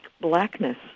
blackness